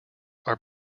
are